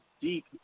deep